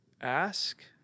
ask